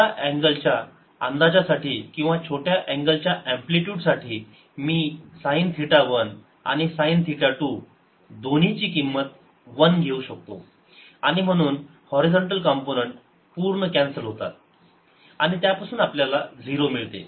छोट्या अँगल च्या अंदाजासाठी किंवा छोट्या अँगल च्या अँप्लिटयूडसाठी मी साईन थिटा 1 आणि साईन थिटा 2 दोन्ही ची किंमत 1 घेऊ शकतो आणि म्हणून हॉरिझॉन्टल कॉम्पोनन्ट पूर्ण कॅन्सल होतात आणि त्यापासून आपल्याला झिरो मिळते